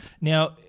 Now